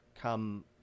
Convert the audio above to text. come